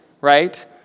right